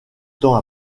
temps